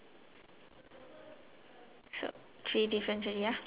correct